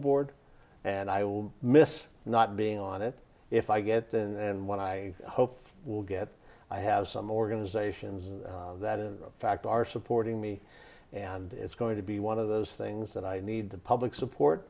board and i will miss not being on it if i get there and what i hope will get i have some organizations that in fact are supporting me and it's going to be one of those things that i need the public support